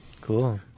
cool